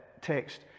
text